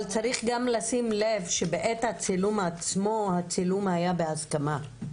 אבל צריך גם לשים לב שבעת הצילום עצמו הצילום היה בהסכמה.